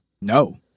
No